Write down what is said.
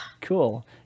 cool